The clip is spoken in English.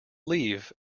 leave